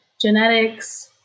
genetics